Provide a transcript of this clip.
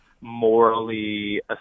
morally